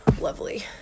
lovely